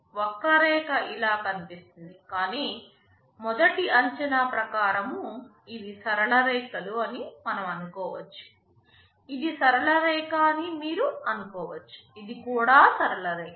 వక్రరేఖ ఇలా కనిపిస్తుంది కాని మొదటి అంచనా ప్రకారం ఇవి సరళ రేఖలు అని మనం అనుకోవచ్చు ఇది సరళ రేఖ అని మీరు అనుకోవచ్చు ఇది కూడా సరళ రేఖ